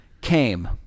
came